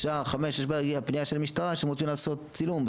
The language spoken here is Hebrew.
בשעה חמש או שש בערב הגיעה פנייה של המשטרה שהם רוצים לעשות צילום,